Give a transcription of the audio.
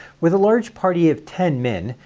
with a large party of ten men,